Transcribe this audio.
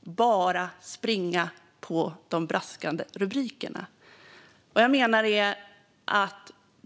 bara springa på de braskande rubrikerna.